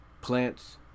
plants